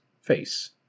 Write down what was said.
Face